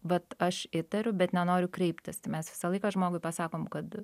vat aš įtariu bet nenoriu kreiptis tai mes visą laiką žmogui pasakom kad